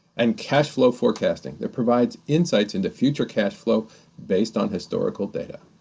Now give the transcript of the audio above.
and cashflow forecasting that provides insights into future cashflow based on historical data.